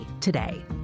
today